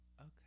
okay